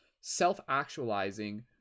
self-actualizing